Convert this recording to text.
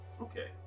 okay